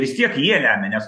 vis tiek jie lemia nes nu